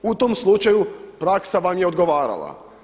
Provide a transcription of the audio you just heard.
U tom slučaju praksa vam je odgovarala.